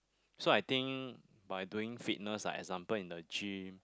so I think by doing fitness like example in the gym